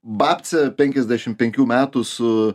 babcė penkiasdešimt penkių metų su